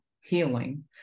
healing